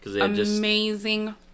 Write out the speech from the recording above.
Amazing